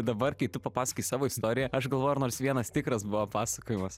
dabar kai tu papasakojai savo istoriją aš galvoju ar nors vienas tikras buvo pasakojimas